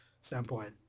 standpoint